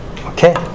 Okay